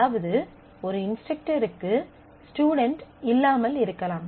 அதாவது ஒரு இன்ஸ்ட்ரக்டருக்கு ஸ்டுடென்ட் இல்லாமல் இருக்கலாம்